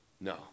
No